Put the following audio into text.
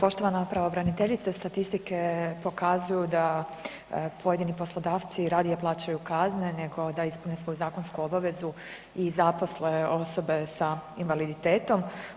Poštovana pravobraniteljice, statistike pokazuju da pojedini poslodavci radije plaćaju kazne nego da ispune svoju zakonsku obavezu i zaposle osobe sa invaliditetom.